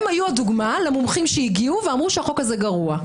הם היו הדוגמה למומחים שהגיעו ואמרו שהחוק הזה גרוע.